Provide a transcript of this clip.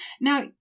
Now